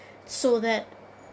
so that